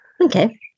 Okay